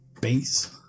base